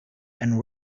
and